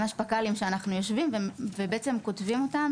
ממש פק"לים שאנחנו יושבים ובעצם כותבים אותם